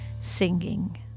singing